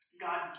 God